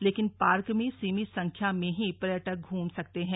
लेकिन पार्क मे सीमित संख्या में ही पर्यटक घूम सकते हैं